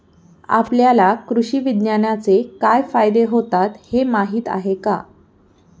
आपल्याला कृषी विज्ञानाचे काय फायदे होतात हे माहीत आहे का?